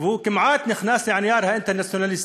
וכמעט נכנס לעניין האינטרנציונליסטי.